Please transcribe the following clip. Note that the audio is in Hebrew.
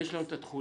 ויש לנו את התחולה.